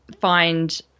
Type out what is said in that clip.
find